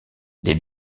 les